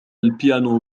البيانو